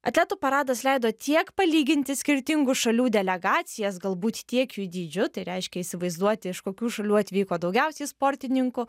atletų paradas leido tiek palyginti skirtingų šalių delegacijas galbūt tiek jų dydžiu tai reiškia įsivaizduoti iš kokių šalių atvyko daugiausiai sportininkų